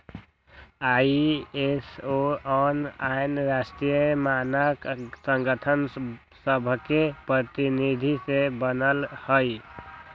ISO आन आन राष्ट्रीय मानक संगठन सभके प्रतिनिधि से बनल हइ